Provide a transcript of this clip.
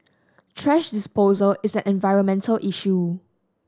thrash disposal is an environmental issue